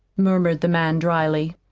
murmured the man dryly.